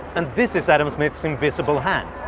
and this is adam smith's invisible hand.